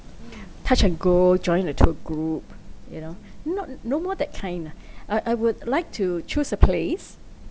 touch and go join a tour group you know not no more that kind nah I I would like to choose a place